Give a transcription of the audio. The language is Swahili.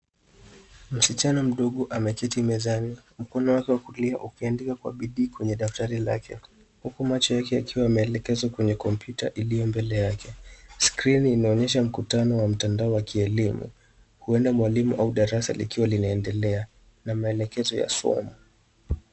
Msichana mdogo ameketi mezani mkono wake wa kulia ukiandika kwa bidii kwenye daftari lake ,huku macho yake yakiwa yameelekezwa kwenye kompyuta iliyo mbele yake. Skrini inaonyesha ukutani wa mtandao wa kielimu .Huenda mwalimu au darasa likiwa linaendelea na maelekezo ya somo.